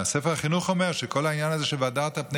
ספר החינוך אומר על העניין הזה של "והדרת פני